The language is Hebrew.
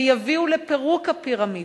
שיביאו לפירוק הפירמידות,